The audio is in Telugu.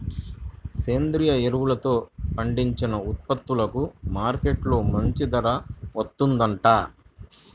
సేంద్రియ ఎరువులతో పండించిన ఉత్పత్తులకు మార్కెట్టులో మంచి ధర వత్తందంట